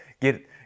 get